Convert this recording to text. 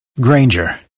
Granger